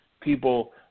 people